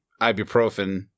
ibuprofen